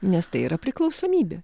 nes tai yra priklausomybė